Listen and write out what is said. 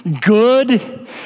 good